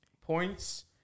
points